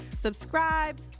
Subscribe